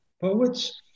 poets